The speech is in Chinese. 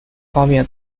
方面